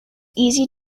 easy